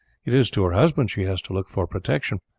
it is to her husband she has to look for protection,